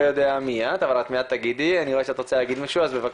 רוצים לדאוג להעלות את המודעות בין בני הנוער שלנו,